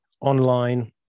online